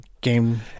game